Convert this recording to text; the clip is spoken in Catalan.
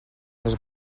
les